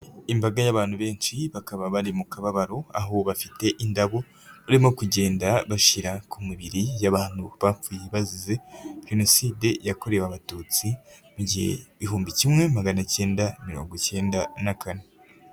Imbaga y'abantu benshi bakaba bari mu kababaro aho bafite indabo barimo kugenda bashyira ku mibiri y'abantu bapfuye bazize Jenoside yakorewe Abatutsi mu gihumbi kimwe magana cyenda mirongo icyenda na kane.